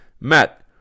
Matt